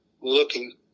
looking